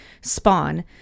spawn